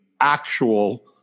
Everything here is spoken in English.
actual